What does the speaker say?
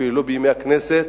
אפילו לא בימי הכנסת,